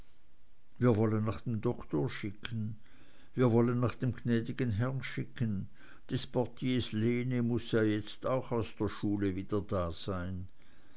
wir wollen nach dem doktor schicken wir wollen nach dem gnädigen herrn schicken des portiers lene muß ja jetzt auch aus der schule wieder da sein